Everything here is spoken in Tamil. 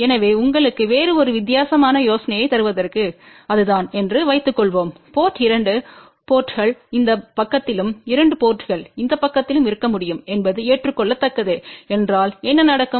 எனவே உங்களுக்கு வேறு ஒரு வித்தியாசமான யோசனையைத் தருவதற்கு அதுதான் என்று வைத்துக்கொள்வோம் போர்ட் 2 போர்ட்ங்கள் இந்த பக்கத்திலும் 2 போர்ட்ங்கள் இந்த பக்கத்திலும் இருக்க முடியும் என்பது ஏற்றுக்கொள்ளத்தக்கது என்றால் என்ன நடக்கும்